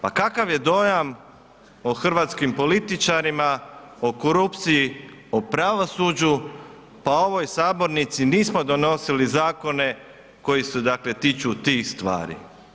Pa kakav je dojam o hrvatskim političarima, o korupciji, o pravosuđu pa u ovoj sabornici nismo donosili zakone koji se tiču tih stvari?